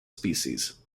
species